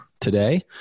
today